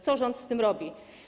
Co rząd z tym robi?